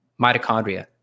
mitochondria